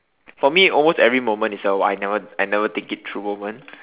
for me almost every moment is a oh I never I never think it through moment